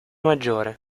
maggiore